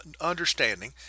understanding